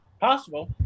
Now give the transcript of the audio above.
Possible